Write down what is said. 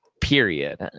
period